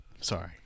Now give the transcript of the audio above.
sorry